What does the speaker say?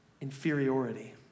inferiority